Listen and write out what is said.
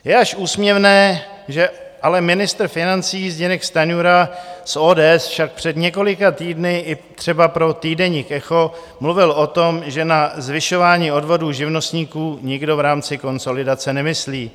Je až úsměvné, že ale ministr financí Zbyněk Stanjura z ODS však před několika týdny i třeba pro týdeník Echo mluvil o tom, že na zvyšování odvodů živnostníků nikdo v rámci konsolidace nemyslí.